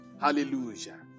hallelujah